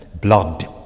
blood